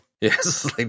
Yes